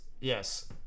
yes